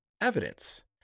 evidence